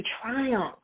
triumph